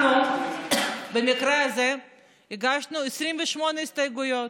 אנחנו במקרה הזה הגשנו 28 הסתייגויות,